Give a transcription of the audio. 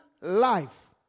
life